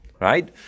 right